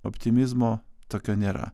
optimizmo tokio nėra